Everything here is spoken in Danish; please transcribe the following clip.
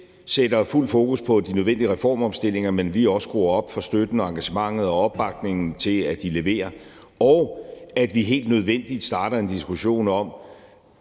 sætter fuld fokus på de nødvendige reformer og omstillinger, men også at vi skruer op for støtten og engagementet og opbakningen til, at de leverer, og det handler om, at vi helt nødvendigt starter en diskussion om,